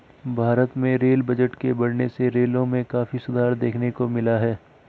भारत में rail budget के बढ़ने से रेलों में काफी सुधार देखने को मिला है